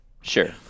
Sure